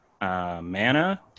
mana